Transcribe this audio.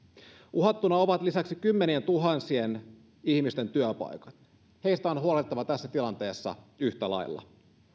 uhattuna ovat lisäksi kymmenien tuhansien ihmisten työpaikat heistä on huolehdittava tässä tilanteessa yhtä lailla